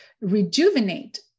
rejuvenate